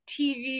TV